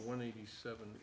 one eighty seven